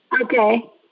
okay